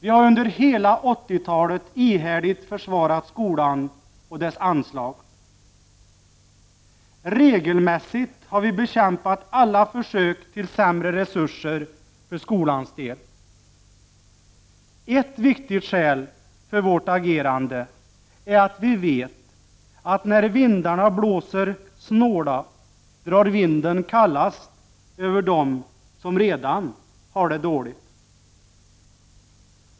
Vi har under hela 80-talet ihärdigt försvarat skolans anslag. Regelmässigt har vi bekämpat alla försök till försämringar av skolans resurser. Ett viktigt skäl för vårt agerande är att vi vet att när vindarna blåser snåla, drar vinden kallast över dem som redan har det dåligt.